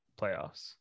playoffs